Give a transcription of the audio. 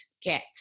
get